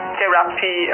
therapy